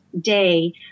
day